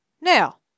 now